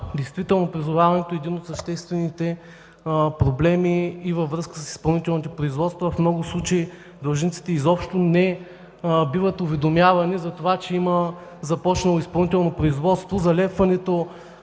Действително призоваването е един от съществените проблеми. Във връзка с изпълнителните производства в много случаи длъжниците изобщо не биват уведомявани, че има започнало изпълнително производство. Залепването